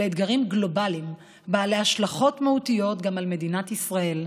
אלה אתגרים גלובליים בעלי השלכות מהותיות גם על מדינת ישראל.